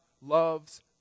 loves